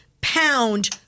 pound